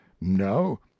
no